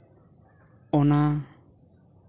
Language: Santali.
ᱚᱱᱟ